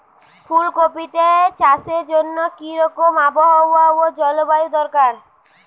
ফুল কপিতে চাষের জন্য কি রকম আবহাওয়া ও জলবায়ু দরকার?